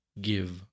give